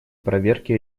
проверки